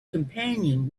companion